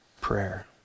prayer